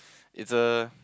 it's a